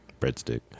breadstick